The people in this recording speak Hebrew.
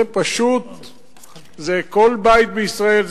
זה כל בית בישראל.